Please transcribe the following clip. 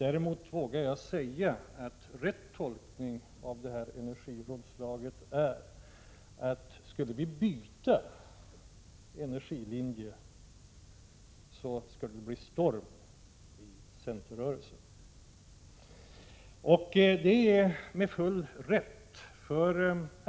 Jag vågar däremot säga att rätt tolkning av energirådslaget är, att om vi skulle byta energilinje skulle det bli storm i centerrörelsen — detta med all rätt.